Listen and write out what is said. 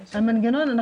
המנגנון,